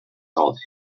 called